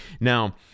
now